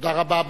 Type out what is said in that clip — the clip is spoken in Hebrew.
תודה רבה.